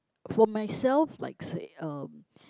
for myself likes um